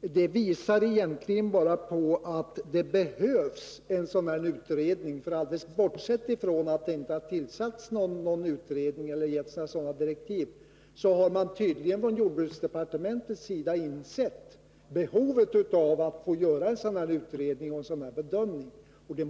det tyder egentligen bara på en sak, nämligen att det behövs en utredning av det här slaget. Alldeles bortsett från det faktum att man inte tillsatt någon utredning eller lämnat några direktiv i detta avseende, så har man ändå från jordbruksdepartementets sida insett behovet av en utredning och en bedömning i detta sammanhang.